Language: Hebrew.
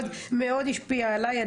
מאוד השפיע עלי.